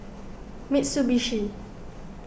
Mitsubishi